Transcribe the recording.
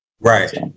right